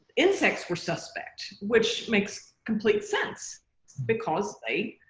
insects were suspect which makes complete sense because they